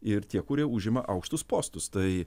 ir tie kurie užima aukštus postus tai